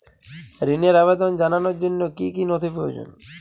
ঋনের আবেদন জানানোর জন্য কী কী নথি প্রয়োজন?